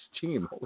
Team